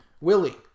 Willie